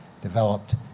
developed